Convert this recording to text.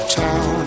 town